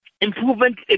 improvement